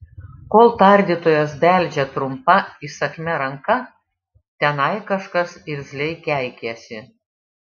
kol tardytojas beldžia trumpa įsakmia ranka tenai kažkas irzliai keikiasi